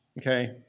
okay